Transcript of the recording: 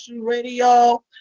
Radio